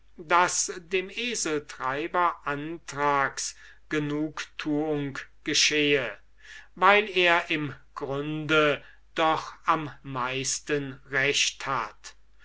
daß dem eseltreiber anthrax genugtuung geschehe weil er im grunde doch am meisten recht hat